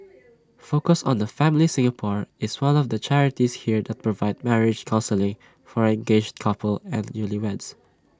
focus on the family Singapore is one of the charities here that provide marriage counselling for engaged couples and newlyweds